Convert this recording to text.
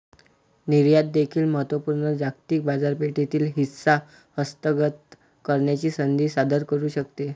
निर्यात देखील महत्त्व पूर्ण जागतिक बाजारपेठेतील हिस्सा हस्तगत करण्याची संधी सादर करू शकते